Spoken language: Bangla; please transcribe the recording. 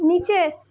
নিচে